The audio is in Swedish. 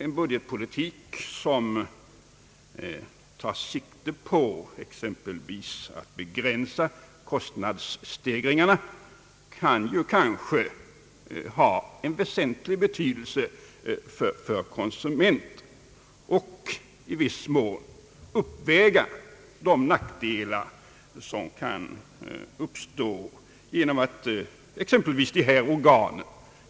En budgetpolitik som tar sikte på att begränsa kostnadsstegringarna kan kanske ha väsentlig betydelse för konsumenten och i viss mån uppväga de nackdelar som kan uppstå genom att exempelvis dessa organ